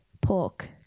pork